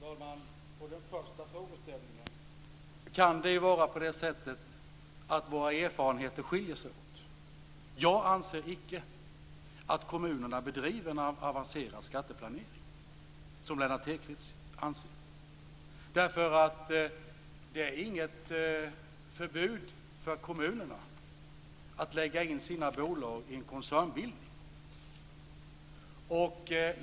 Fru talman! På den första frågan kan jag svara att det kan vara på det sättet att våra erfarenheter skiljer sig åt. Jag anser icke att kommunerna bedriver en avancerad skatteplanering, som Lennart Hedquist anser. Det finns inget förbud mot att kommunerna lägger in sina bolag i en koncernbildning.